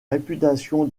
réputation